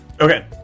Okay